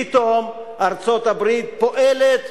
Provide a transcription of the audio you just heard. פתאום ארצות-הברית פועלת,